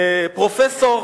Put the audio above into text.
פרופסור